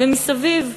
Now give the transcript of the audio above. ומסביב,